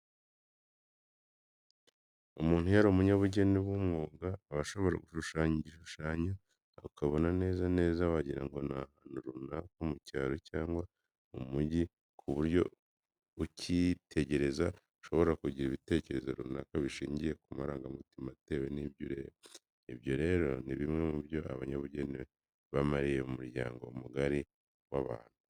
Umuntu iyo ari umunyabugeni w'umwuga aba ashobora gushushanya igishushanyo ukabona neza neza wagira ngo ni ahantu runaka, mu cyaro cyangwa mu mujyi ku buryo ukitegereza ashobora kugira ibitekerezo runaka bishingiye ku marangamutima atewe n'ibyo areba. Ibyo rero ni bimwe mu byo abanyabugeni bamariye umuryango mugari w'abantu.